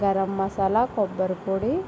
garam masala కొబ్బరిపొడి